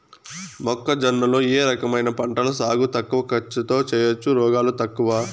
మొక్కజొన్న లో ఏ రకమైన పంటల సాగు తక్కువ ఖర్చుతో చేయచ్చు, రోగాలు తక్కువ?